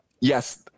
Yes